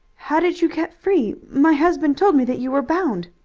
how did you get free? my husband told me that you were bound.